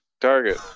Target